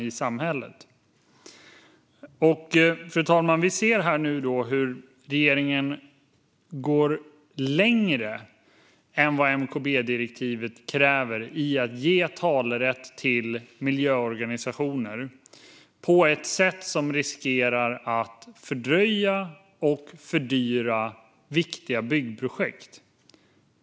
Vi ser nu, fru talman, hur regeringen går längre än vad MKB-direktivet kräver i att ge talerätt till miljöorganisationer på ett sätt som riskerar att fördröja och fördyra viktiga byggprojekt.